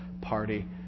party